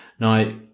Now